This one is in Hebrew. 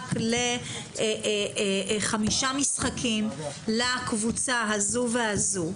מורחק לחמישה משחקים רצופים לקבוצה זו וזו,